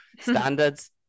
Standards